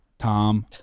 Tom